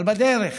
אבל בדרך